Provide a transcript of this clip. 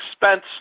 expense